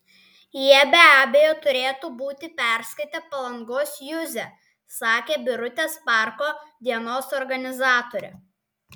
jie be abejo turėtų būti perskaitę palangos juzę sakė birutės parko dienos organizatorė